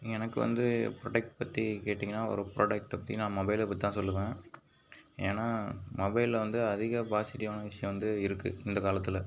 எனக்கு வந்து ப்ராடக்ட் பற்றி கேட்டிங்கன்னால் ஒரு ப்ராடக்ட் பற்றி நான் மொபைலை பற்றி தான் சொல்லுவேன் ஏன்னால் மொபைலில் வந்து அதிக பாசிட்டிவான விஷயம் வந்து இருக்குது இந்த காலத்தில்